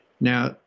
Now